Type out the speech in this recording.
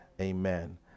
Amen